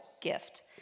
gift